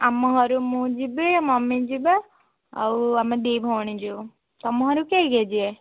ଆମ ଘରେ ମୁଁ ଯିବି ମମ୍ମି ଯିବେ ଆଉ ଆମେ ଦୁଇ ଭଉଣୀ ଯିବୁ ତୁମ ଘରୁ କିଏ କିଏ ଯିବେ